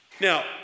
Now